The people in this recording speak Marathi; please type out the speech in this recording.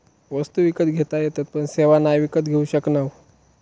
वस्तु विकत घेता येतत पण सेवा नाय विकत घेऊ शकणव